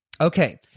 Okay